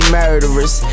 murderers